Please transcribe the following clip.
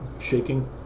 shaking